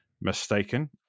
mistaken